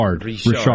Richard